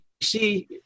see